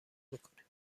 میکنیم